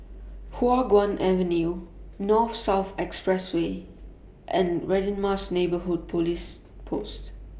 Hua Guan Avenue North South Expressway and Radin Mas Neighbourhood Police Post